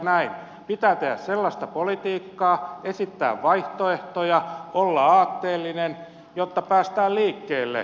pitää tehdä sellaista politiikkaa esittää vaihtoehtoja olla aatteellinen jotta päästään liikkeelle